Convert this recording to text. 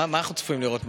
במילה אחת: